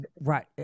right